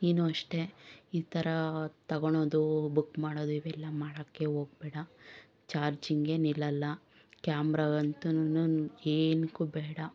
ನೀನು ಅಷ್ಟೇ ಈ ಥರ ತಗೊಳ್ಳೋದು ಬುಕ್ ಮಾಡೋದು ಇವೆಲ್ಲ ಮಾಡೋಕ್ಕೆ ಹೋಗ್ಬೇಡ ಚಾರ್ಜಿಂಗೆ ನಿಲ್ಲಲ್ಲ ಕ್ಯಾಮ್ರ ಅಂತೂನು ಏನಕ್ಕೂ ಬೇಡ